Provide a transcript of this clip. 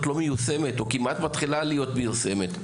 לא מיושמת או כמעט מתחילה להיות מיושמת.